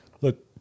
Look